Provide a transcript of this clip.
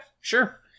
sure